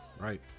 right